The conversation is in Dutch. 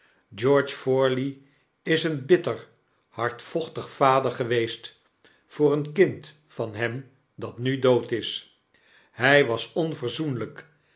george forley is een bitter hard vochtig vader geweest voor een kind van hem dat nu dood is hy was